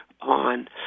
on